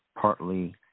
partly